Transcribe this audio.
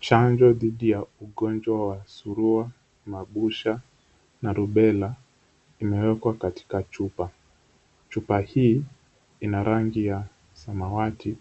Chanjo dhidi ya ugonjwa wa surua, mabusha na Rubella imewekwa katika chupa. Chupa hii ina rangi ya samawati